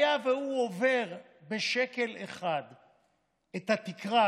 היה והוא עובר בשקל אחד את התקרה,